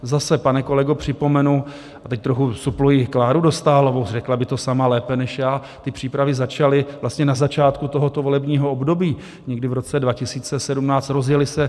Zase, pane kolego, připomenu a teď trochu supluji Kláru Dostálovou, řekla by to sama lépe než já ty přípravy začaly vlastně na začátku tohoto volebního období, někdy v roce 2017, rozjely se 2018.